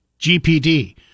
GPD